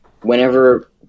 Whenever